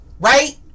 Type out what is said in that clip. Right